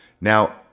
Now